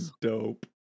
dope